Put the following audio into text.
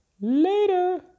Later